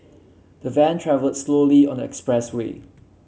the van travelled slowly on the expressway